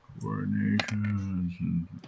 Coordination